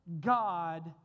God